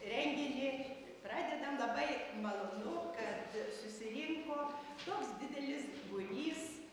renginį pradedam labai malonu kad susirinko toks didelis būrys